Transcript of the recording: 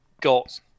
got